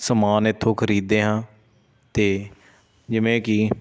ਸਮਾਨ ਇੱਥੋਂ ਖਰੀਦਦੇ ਹਾਂ ਅਤੇ ਜਿਵੇਂ ਕਿ